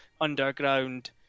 underground